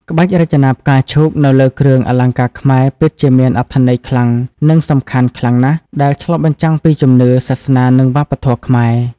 ក្បាច់រចនាផ្កាឈូកនៅលើគ្រឿងអលង្ការខ្មែរពិតជាមានអត្ថន័យខ្លាំង និងសំខាន់ណាស់ ដែលឆ្លុះបញ្ចាំងពីជំនឿ សាសនា និងវប្បធម៌ខ្មែរ។